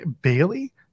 Bailey